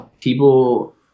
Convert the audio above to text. people